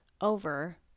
over